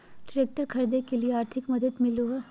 Tractor खरीदे के लिए आर्थिक मदद मिलो है?